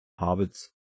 hobbits